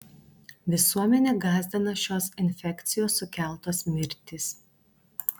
visuomenę gąsdina šios infekcijos sukeltos mirtys